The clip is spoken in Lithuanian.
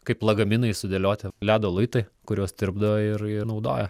kaip lagaminai sudėlioti ledo luitai kuriuos tirpdo ir jie naudoja